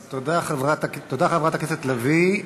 תודה, חברת הכנסת לביא.